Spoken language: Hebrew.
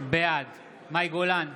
בעד מאי גולן,